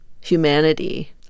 humanity